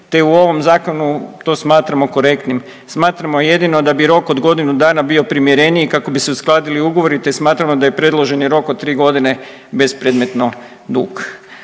te u ovom zakonu to smatramo korektnim. Smatramo jedino da bi rok od godinu dana bio primjereniji kako bi se uskladili ugovori te smatramo da je predloženi rok od tri godine bespredmetno dug.